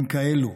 הם כאלה: